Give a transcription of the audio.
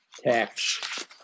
tax